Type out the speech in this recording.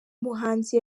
muhanzi